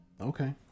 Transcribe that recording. Okay